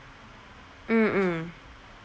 mm mm